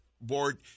board